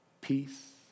Peace